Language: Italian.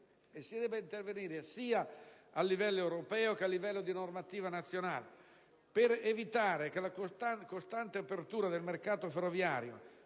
si debba intervenire, a livello sia europeo che di normativa nazionale, per evitare che la costante apertura del mercato ferroviario